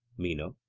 meno